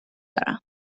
دارم